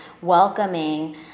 welcoming